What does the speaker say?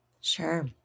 Sure